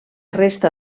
resta